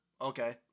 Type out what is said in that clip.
okay